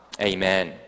Amen